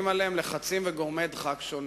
עליהם לחצים וגורמי דחק שונים.